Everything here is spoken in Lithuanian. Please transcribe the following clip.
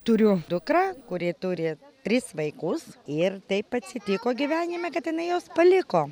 turiu dukrą kuri turi tris vaikus ir taip atsitiko gyvenime kad inai juos paliko